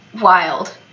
wild